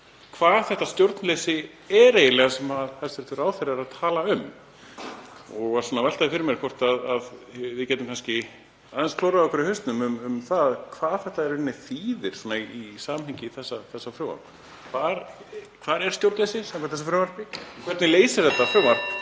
hvað þetta stjórnleysi er eiginlega sem hæstv. ráðherra er að tala um og var svona að velta fyrir mér hvort við getum kannski aðeins klórað okkur í hausnum um það hvað þetta í rauninni þýðir í samhengi þessa frumvarps. Hvar er stjórnleysi samkvæmt þessu frumvarpi? Hvernig leysir þetta frumvarp